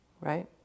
right